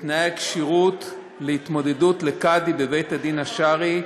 בתנאי הכשירות להתמודדות לקאדי בבית-הדין השרעי,